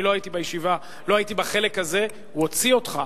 אני לא הייתי בחלק הזה של הישיבה, הוא הוציא אותך.